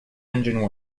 engine